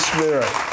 Spirit